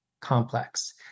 complex